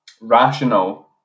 rational